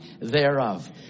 thereof